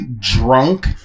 drunk